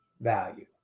value